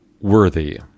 worthy